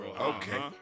Okay